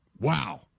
Wow